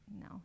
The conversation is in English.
no